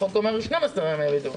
החוק אומר 12 ימי בידוד.